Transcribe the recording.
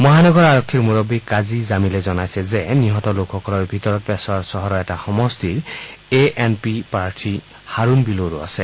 মহানগৰ আৰক্ষীৰ মুৰববী কাজি জামিলে জনাইছে যে নিহত লোকসকলৰ ভিতৰত পেছাৱৰ চহৰৰ এটা সমষ্টিৰ এ এন পিৰ প্ৰাৰ্থী হাৰুণ বিলৌৰো আছে